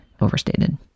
overstated